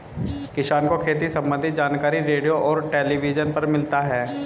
किसान को खेती सम्बन्धी जानकारी रेडियो और टेलीविज़न पर मिलता है